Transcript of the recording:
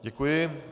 Děkuji.